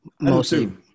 mostly